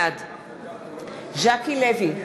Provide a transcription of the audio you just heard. בעד ז'קי לוי,